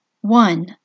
one